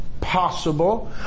Possible